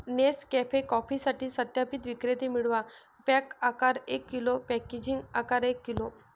Nescafe कॉफीसाठी सत्यापित विक्रेते मिळवा, पॅक आकार एक किलो, पॅकेजिंग आकार एक किलो